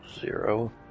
zero